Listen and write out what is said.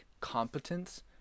competence